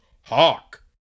Hawk